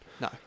No